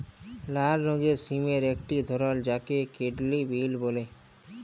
লাল রঙের সিমের একটি ধরল যাকে কিডলি বিল বল্যে